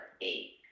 eight